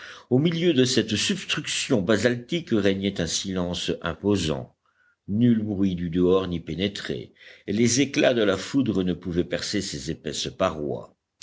au milieu de cette substruction basaltique régnait un silence imposant nul bruit du dehors n'y pénétrait et les éclats de la foudre ne pouvaient percer ses épaisses parois